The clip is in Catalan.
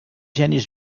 genis